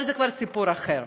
אבל זה כבר סיפור אחר.